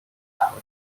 powder